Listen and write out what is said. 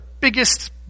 biggest